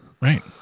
Right